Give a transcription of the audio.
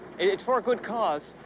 it's for a good cause.